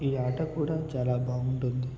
ఈ ఆట కూడా చాలా బాగుంటుంది